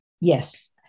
Yes